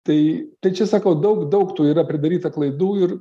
tai tai čia sakau daug daug tų yra pridaryta klaidų ir